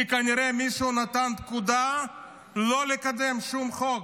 כי כנראה מישהו נתן פקודה לא לקדם שום חוק,